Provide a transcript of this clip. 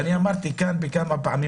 אמרתי כאן כבר כמה פעמים